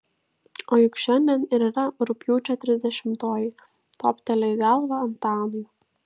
o juk šiandien ir yra rugpjūčio trisdešimtoji toptelėjo į galvą antanui